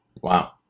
Wow